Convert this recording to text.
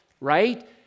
right